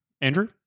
Andrew